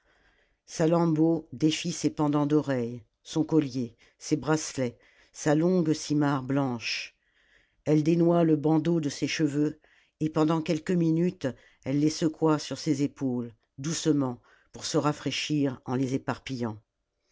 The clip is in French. salammbô défit ses pendants d'oreilles son collier ses bracelets sa longue simarre blanche elle dénoua le bandeau de ses cheveux et pendant quelques minutes elle les secoua sur ses épaules doucement pour se rafraîchir en les